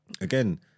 Again